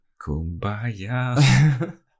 kumbaya